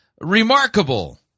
Remarkable